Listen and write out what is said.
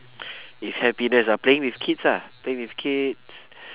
if happiness ah playing with kids ah playing with kids